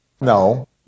No